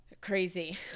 Crazy